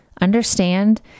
understand